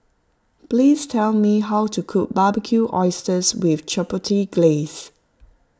please tell me how to cook Barbecued Oysters with Chipotle Glaze